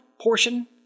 portion